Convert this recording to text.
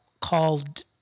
called